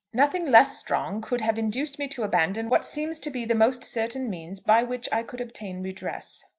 nothing less strong could have induced me to abandon what seems to be the most certain means by which i could obtain redress.